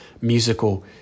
musical